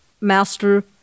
master